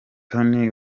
tony